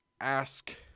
ask